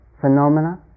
phenomena